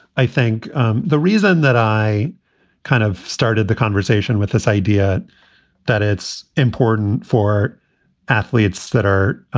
i think the reason that i kind of started the conversation with this idea that it's important for athletes that are